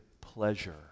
pleasure